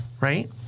right